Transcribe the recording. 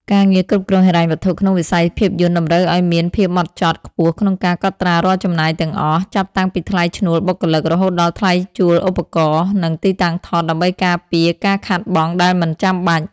ការងារគ្រប់គ្រងហិរញ្ញវត្ថុក្នុងវិស័យភាពយន្តតម្រូវឱ្យមានភាពហ្មត់ចត់ខ្ពស់ក្នុងការកត់ត្រារាល់ចំណាយទាំងអស់ ចាប់តាំងពីថ្លៃឈ្នួលបុគ្គលិក រហូតដល់ថ្លៃជួលឧបករណ៍ និងទីតាំងថត ដើម្បីការពារការខាតបង់ដែលមិនចាំបាច់។